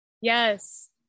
Yes